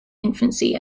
infancy